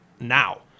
now